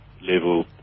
level